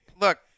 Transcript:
Look